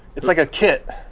it's like a kit.